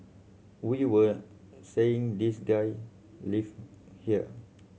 we were saying this guy live here